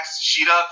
Sheeta